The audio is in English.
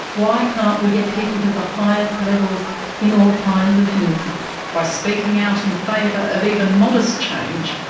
why can't we get people to the highest levels in all kinds of music? by speaking out in favour of even modest change,